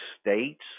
states